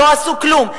לא עשו כלום.